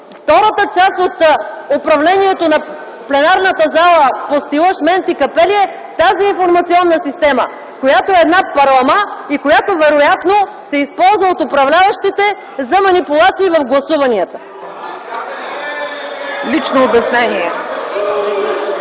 Втората част от управлението на пленарната зала по стила „шменти-капели” е тази информационна система, която е една парлама и вероятно се използва от управляващите за манипулации в гласуванията. (Възгласи: